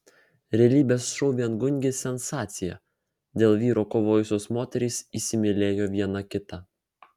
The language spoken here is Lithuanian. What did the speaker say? realybės šou viengungis sensacija dėl vyro kovojusios moterys įsimylėjo viena kitą